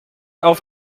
auf